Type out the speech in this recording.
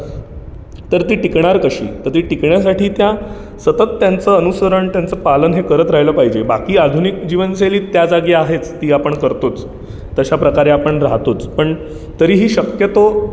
तर ती टिकणार कशी तर ती टिकण्यासाठी त्या सतत त्यांचं अनुसरण त्यांचं पालन हे करत राहिलं पाहिजे बाकी आधुनिक जीवनशैली ही त्या जागी आहेच ती आपण करतोच तशा प्रकारे आपण राहतोच पण तरीही शक्यतो